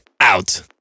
out